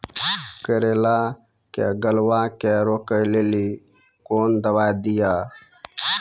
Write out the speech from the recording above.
करेला के गलवा के रोकने के लिए ली कौन दवा दिया?